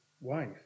wife